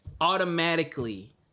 automatically